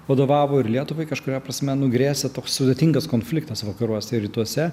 vadovavo ir lietuvai kažkuria prasme nu grėsė toks sudėtingas konfliktas vakaruose ir rytuose